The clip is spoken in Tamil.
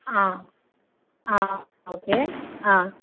ஆ ஆ ஓகே ஆ